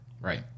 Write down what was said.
Right